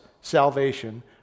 salvation